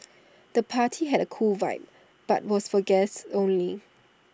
the party had cool vibe but was for guests only